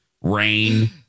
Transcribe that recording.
rain